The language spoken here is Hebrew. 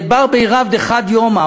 בר בי רב דחד יומא,